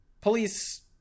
police